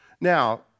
Now